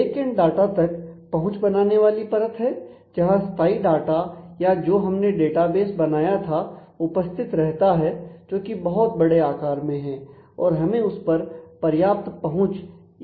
backend data तक पहुंच बनाने वाली परत है जहां स्थाई डाटा या जो हमने डेटाबेस बनाया था उपस्थित रहता है जोकि बहुत बड़े आकार में है और हमें उस पर पर्याप्त पहुंच की आवश्यकता है